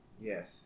yes